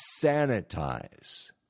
sanitize